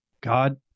God